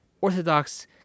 orthodox